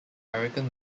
american